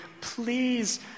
please